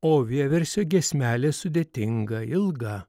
o vieversio giesmelė sudėtinga ilga